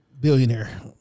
billionaire